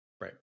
right